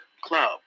club